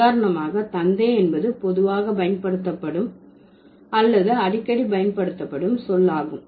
உதாரணமாக தந்தை என்பது பொதுவாக பயன்படுத்தப்படும் அல்லது அடிக்கடி பயன்படுத்தப்படும் சொல் ஆகும்